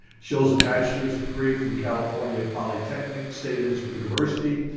she holds a bachelor's degree from california polytechnic state and university,